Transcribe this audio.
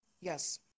Yes